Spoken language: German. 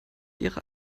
ihrer